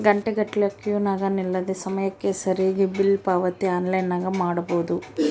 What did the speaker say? ಘಂಟೆಗಟ್ಟಲೆ ಕ್ಯೂನಗ ನಿಲ್ಲದೆ ಸಮಯಕ್ಕೆ ಸರಿಗಿ ಬಿಲ್ ಪಾವತಿ ಆನ್ಲೈನ್ನಾಗ ಮಾಡಬೊದು